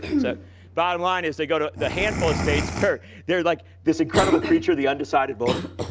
so bottom line is they go to the handful of states where they're like this incredible creature, the undecided voter.